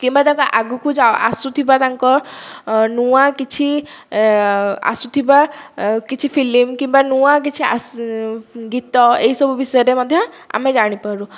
କିମ୍ବା ତାଙ୍କ ଆଗକୁ ଆସୁଥିବା ତାଙ୍କ ନୂଆ କିଛି ଆସୁଥିବା କିଛି ଫିଲ୍ମ କିମ୍ବା ନୂଆ କିଛି ଆସୁ ଗୀତ ଏହିସବୁ ବିଷୟରେ ମଧ୍ୟ ଆମେ ଜାଣିପାରୁ